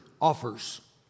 offers